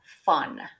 fun